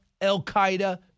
al-Qaeda